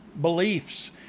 beliefs